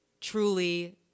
truly